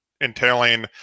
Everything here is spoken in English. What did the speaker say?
entailing